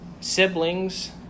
siblings